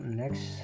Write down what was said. next